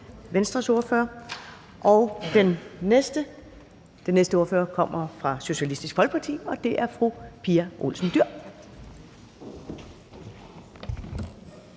Venstres ordfører. Og den næste ordfører kommer fra Socialistisk Folkeparti, og det er fru Pia Olsen Dyhr.